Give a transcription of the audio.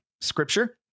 scripture